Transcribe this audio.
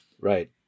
Right